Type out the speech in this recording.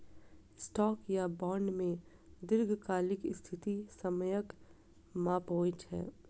stock या bond मे दीर्घकालिक स्थिति समयक माप होइ छै